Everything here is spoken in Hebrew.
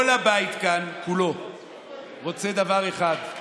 כל הבית כאן כולו רוצה דבר אחד,